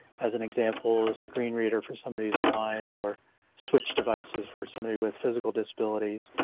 as an example, screen reader for somebody's blind, door switch devices for somebody with physical disabilities,